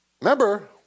Remember